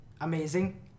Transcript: amazing